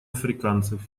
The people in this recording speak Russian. африканцев